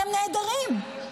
אתם נעדרים.